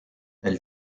elle